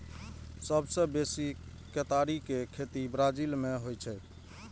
सबसं बेसी केतारी के खेती ब्राजील मे होइ छै